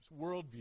worldview